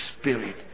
Spirit